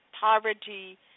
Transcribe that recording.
poverty